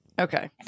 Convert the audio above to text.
Okay